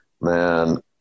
man